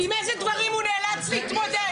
עם איזה דברים הוא נאלץ להתמודד.